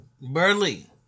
Burley